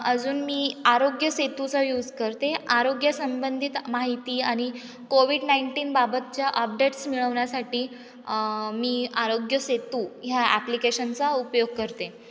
अजून मी आरोग्य सेतूचा यूज करते आरोग्यसंबंधित माहिती आणि कोविड नाईंटीन बाबतच्या अपडेट्स मिळवण्यासाटी मी आरोग्य सेतू ह्या ॲप्लिकेशनचा उपयोग करते